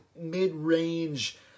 mid-range